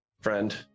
friend